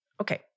Okay